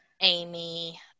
amy